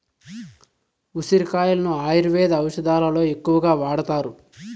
ఉసిరి కాయలను ఆయుర్వేద ఔషదాలలో ఎక్కువగా వాడతారు